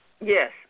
Yes